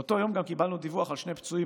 באותו יום גם קיבלנו דיווח על שני פצועים,